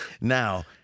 now